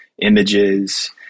images